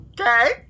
Okay